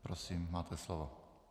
Prosím, máte slovo.